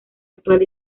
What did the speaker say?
actual